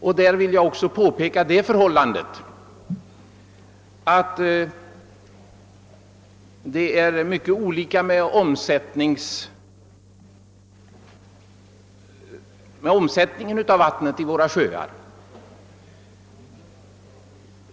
Jag vill påpeka att vattenomsättningen i våra sjöar är mycket olika.